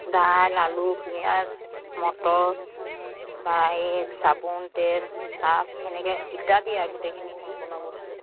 দাইল আলু পিঁয়াজ মটৰ বা এই চাবোন তেল চাৰ্ফ এনেকে ইত্যাদি আৰু গোটেইখিনি সম্পূৰ্ণ বস্তু